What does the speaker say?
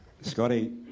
Scotty